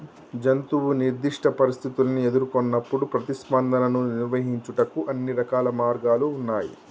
జంతువు నిర్దిష్ట పరిస్థితుల్ని ఎదురుకొన్నప్పుడు ప్రతిస్పందనను నిర్వహించుటకు అన్ని రకాల మార్గాలు ఉన్నాయి